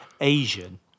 Asian